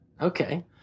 Okay